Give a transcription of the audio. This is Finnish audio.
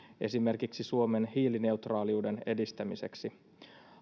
esimerkiksi suomen hiilineutraaliuden edistämiseksi